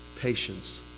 Patience